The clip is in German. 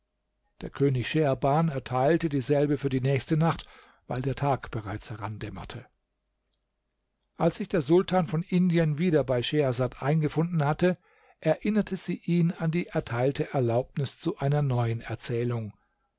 der könig scheherban erteilte dieselbe für die nächste nacht weil der tag bereits herandämmerte als sich der sultan von indien wieder bei schehersad eingefunden hatte erinnerte sie ihn an die erteilte erlaubnis zu einer neuen erzählung